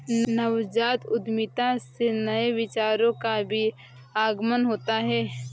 नवजात उद्यमिता से नए विचारों का भी आगमन होता है